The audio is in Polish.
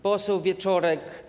Poseł Wieczorek.